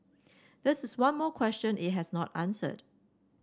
this is one more question it has not answered